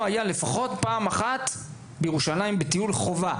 היה לפחות פעם אחת בטיול חובה בירושלים.